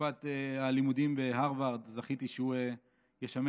בתקופת הלימודים בהרווארד זכיתי שהוא ישמש